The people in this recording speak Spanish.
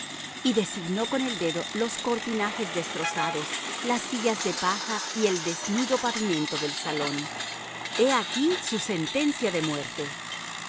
y designó con el dedo los cortinajes destrozados las sillas de paja y el desnudo pavimento del salón he aquí su sentencia de muerte